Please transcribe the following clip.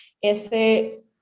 ese